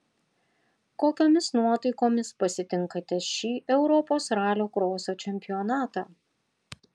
kokiomis nuotaikomis pasitinkate šį europos ralio kroso čempionatą